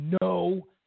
no